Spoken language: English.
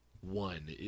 one